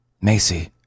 Macy